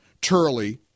Turley